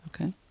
Okay